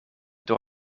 door